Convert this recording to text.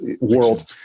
world